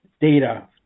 data